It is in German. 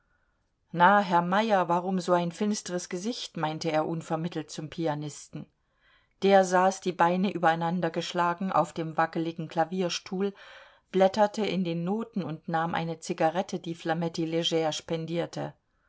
na herr meyer warum so ein finstres gesicht meinte er unvermittelt zum pianisten der saß die beine übereinandergeschlagen auf dem wackligen klavierstuhl blätterte in den noten und nahm eine zigarette die flametti leger spendierte